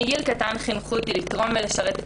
מגיל קטן חינכו אותי לתרום ולשרת את